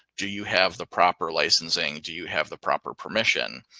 do you have the proper licensing? do you have the proper permission?